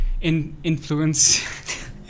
influence